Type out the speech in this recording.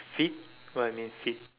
feet what I mean feet